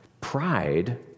Pride